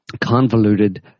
convoluted